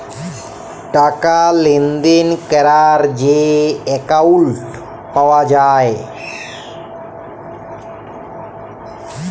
টাকা লেলদেল ক্যরার যে একাউল্ট পাউয়া যায়